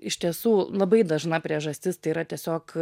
iš tiesų labai dažna priežastis tai yra tiesiog